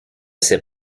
sait